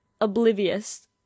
oblivious